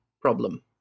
problem